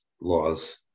laws